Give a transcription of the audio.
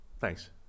Thanks